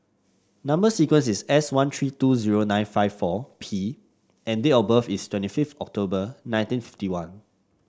number sequence is S one three two zero nine five four P and date of birth is twenty fifth October nineteen fifty one